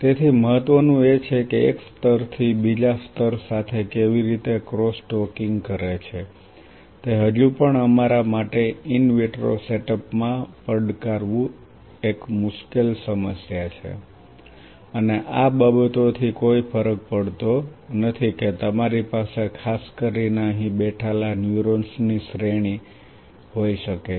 તેથી મહત્વનું એ છે કે એક સ્તરથી તે બીજા સ્તર સાથે કેવી રીતે ક્રોસ ટોકિંગ કરે છે તે હજુ પણ અમારા માટે ઈન વિટ્રો સેટઅપ માં પડકારવું એક મુશ્કેલ સમસ્યા છે અને આ બાબતોથી કોઈ ફરક પડતો નથી કે તમારી પાસે ખાસ કરીને અહીં બેઠેલા ન્યુરોન્સની શ્રેણી હોઈ શકે છે